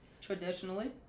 Traditionally